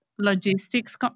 Logistics